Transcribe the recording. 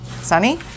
Sunny